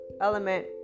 element